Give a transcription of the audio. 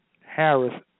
Harris